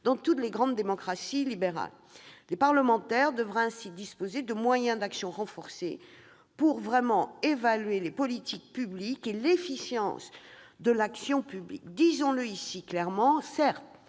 Dans toutes les grandes démocraties libérales, les parlementaires devraient ainsi disposer de moyens d'action renforcés pour évaluer les politiques publiques et l'efficience de l'action publique. Disons-le clairement, le